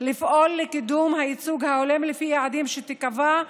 לפעול לקידום הייצוג ההולם לפי יעדים שתקבע,